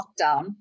lockdown